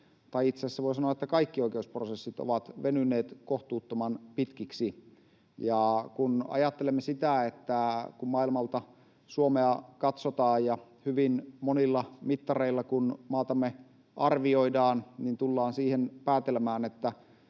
tai itse asiassa voi sanoa, että kaikki oikeusprosessit — ovat venyneet kohtuuttoman pitkiksi. Kun ajattelemme sitä, kun maailmalta Suomea katsotaan ja hyvin monilla mittareilla maatamme arvioidaan ja tullaan siihen päätelmään, että